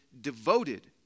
devoted